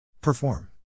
perform